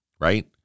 right